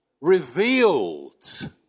revealed